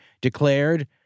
declared